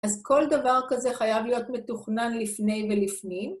אז כל דבר כזה חייב להיות מתוכנן לפני ולפנים.